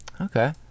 Okay